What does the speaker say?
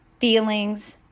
feelings